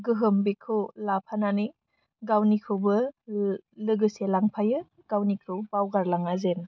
गोहोम बेखौ लाफानानै गावनिखौबो लो लोगोसे लांफायो गावनिखौ बावगारलाङा जेन